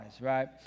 right